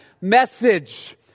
message